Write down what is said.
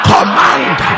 Command